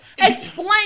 Explain